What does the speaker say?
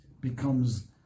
becomes